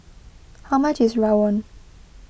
how much is Rawon